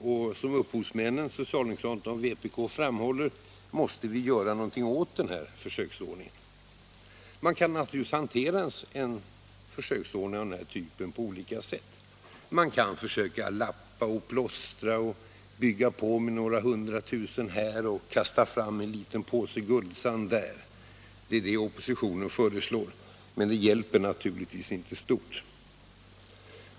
Och som upphovsmännen, socialdemokraterna och vpk, framhåller måste vi göra något åt denna försöksordning. Man kan hantera en sådan här försöksordning på olika sätt. Man kan försöka lappa och plåstra, bygga på med några hundra tusen här och kasta fram en liten påse guldsand där. Det är det oppositionen föreslår. Men det hjälper naturligtvis inte i stort.